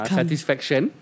satisfaction